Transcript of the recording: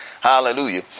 Hallelujah